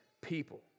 people